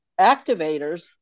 activators